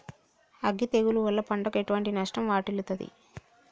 అగ్గి తెగులు వల్ల పంటకు ఎటువంటి నష్టం వాటిల్లుతది?